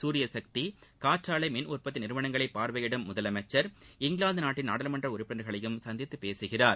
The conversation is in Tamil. சூரியசக்தி காற்றாலை மின் உற்பத்தி நிறுவனங்களை பார்வையிடும் முதலமைச்சர் இங்கிலாந்து நாட்டின் நாடாளுமன்ற உறுப்பினர்களையும் சந்தித்து பேசுகிறார்